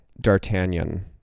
D'Artagnan